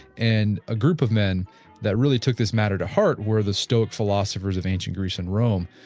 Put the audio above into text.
and a group of man that really took this matter to heart were the stoic philosophers of ancient greece and rome,